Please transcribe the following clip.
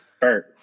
Bert